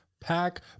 pack